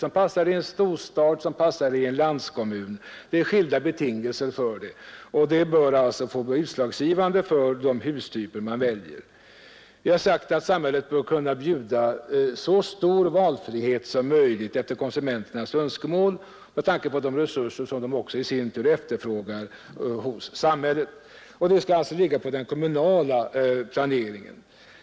Det är skilda betingelser för bebyggelsen i en storstad och i en landskommun, och detta bör få bli utslagsgivande för vilka hustyper man väljer. Vi har sagt att samhället bör kunna bjuda så stor valfrihet som möjligt efter konsumenternas önskemål med tanke på de resurser som de i sin tur efterfrågar hos samhället. Denna uppgift skall alltså åvila den kommunala planeringen.